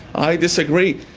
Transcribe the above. i disagree.